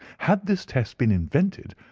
had this test been invented,